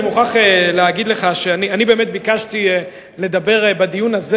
אני מוכרח להגיד לך שאני באמת ביקשתי לדבר בדיון הזה